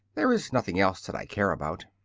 there is nothing else that i care about.